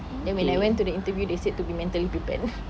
then when I went to the interview they said to be mentally prepared